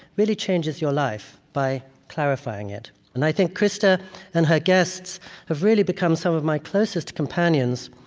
really changes your life by clarifying it and i think krista and her guests have really become some of my closest companions,